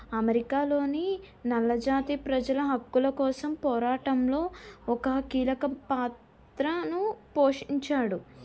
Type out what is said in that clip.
అమెరికాలోని నల్లజాతి ప్రజల హక్కుల కోసం పోరాటంలో ఒక కీలక పాత్రను పోషించాడు